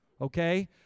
Okay